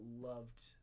loved